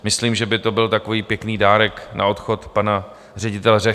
Myslím, že by to byl takový pěkný dárek na odchod pana ředitele Řehky.